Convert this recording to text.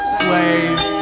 slave